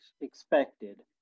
expected